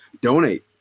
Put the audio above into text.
donate